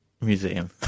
Museum